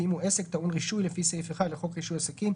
ואם הוא עסק טעון רישוי לפי סעיף 1 לחוק רישוי עסקים,